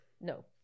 No